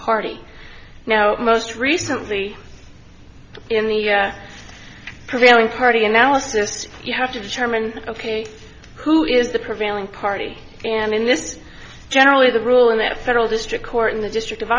party now most recently in the prevailing party analysis you have to determine ok who is the prevailing party and in this is generally the rule in that federal district court in the district of